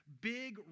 big